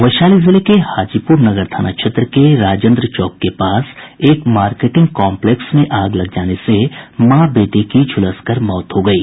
वैशाली जिले के हाजीपुर नगर थाना क्षेत्र के राजेन्द्र चौक के पास एक मार्केटिंग कॉम्पलेक्स में आग लग जाने से मां बेटे की झुलस कर मौत हो गयी